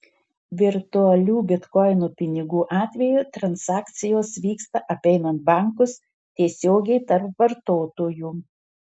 virtualių bitkoino pinigų atveju transakcijos vyksta apeinant bankus tiesiogiai tarp vartotojų